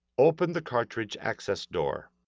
open the cartridge access door.